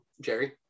jerry